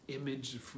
Image